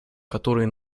которой